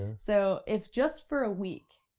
so, if just for a week,